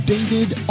David